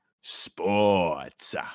sports